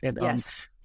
Yes